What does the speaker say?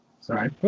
Sorry